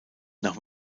nach